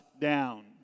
down